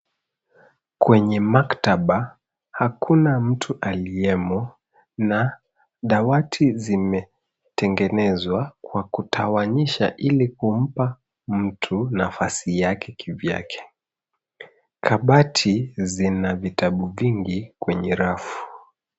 Kwenye maktaba , hakuna mtu aliyemo na dawati zimetengenezwa kwa kutawanyisha ili kumpa mtu nafasi yake kivyake. Kabati zina vitabu vingi kwenye rafu.